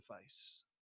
face